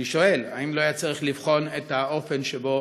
אני שואל, האם לא היה צריך לבחון את האופן שבו